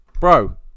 Bro